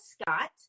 Scott